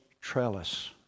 trellis